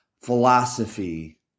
philosophy